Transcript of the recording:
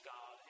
God